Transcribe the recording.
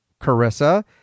Carissa